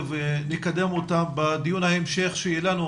ונקדם אותם בדיון ההמשך שיהיה לנו,